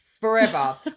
forever